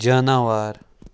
جاناوار